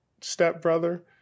stepbrother